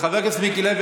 חבר הכנסת מיקי לוי,